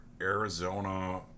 Arizona